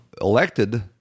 elected